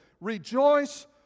Rejoice